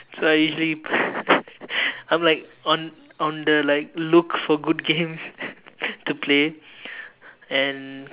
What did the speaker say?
so I usually I'm like on on the like look for good games to play and